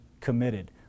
committed